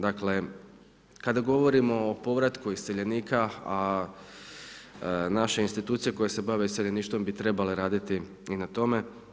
Dakle, kada govorimo o povratku iseljenika, a naše institucije koje se bave iseljeništvom bi trebale raditi i na tome.